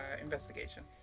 investigation